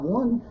one